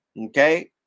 Okay